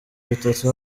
bitatu